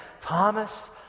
Thomas